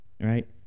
right